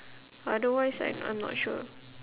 otherwise I I'm not sure